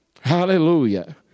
Hallelujah